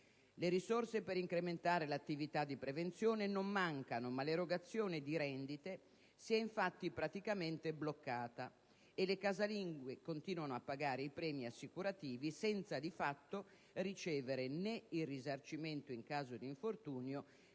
Le risorse per incrementare l'attività di prevenzione non mancano, ma l'erogazione di rendite si è praticamente bloccata e le casalinghe continuano a pagare i premi assicurativi senza di fatto ricevere né il risarcimento in caso di infortunio